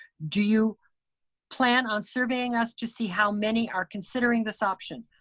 do you plan on surveying us to see how many are considering this option?